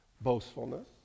boastfulness